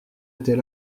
était